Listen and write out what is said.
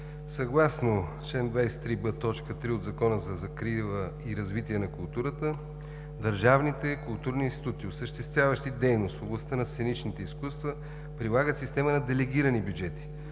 Съгласно чл. 23б, т. 3 от Закона за закрила и развитие на културата държавните и културните институти, осъществяващи дейност в областта на сценичните изкуства прилагат Система на делегирани бюджети,